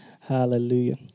hallelujah